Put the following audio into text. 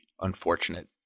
unfortunate